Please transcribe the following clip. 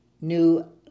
new